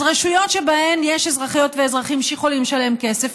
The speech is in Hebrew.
אז רשויות שבהן יש אזרחיות ואזרחים שיכולים לשלם כסף,